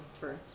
first